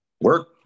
work